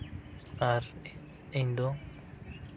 ᱟᱨ ᱤᱧᱫᱚ